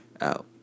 out